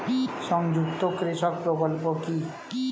সংযুক্ত কৃষক প্রকল্প কি?